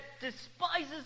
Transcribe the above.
despises